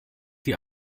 die